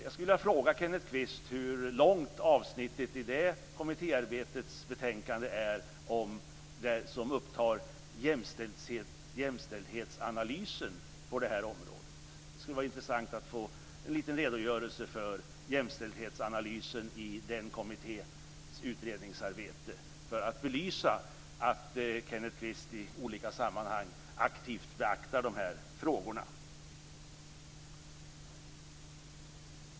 Jag skulle vilja fråga Kenneth Kvist hur långt det avsnitt som upptar jämställdhetsanalysen på det här området är i detta kommittéarbete. Det skulle vara intressant att få en liten redogörelse för jämställdhetsanalysen i den kommitténs utredningsarbete för att belysa att Kenneth Kvist i olika sammanhang aktivt beaktar de här frågorna.